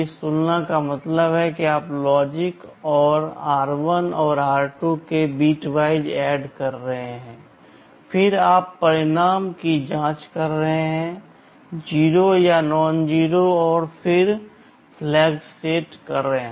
इस तुलना का मतलब है कि आप लॉजिक और r1 और r2 के बिट वाइज ADD कर रहे हैं फिर आप परिणाम की जाँच कर रहे हैं 0 या नॉनज़ेरो और फिर तदनुसार फ्लैग सेट करें